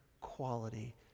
quality